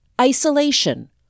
isolation